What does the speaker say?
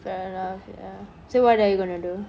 fair enough ya so what are you going to do